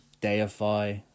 deify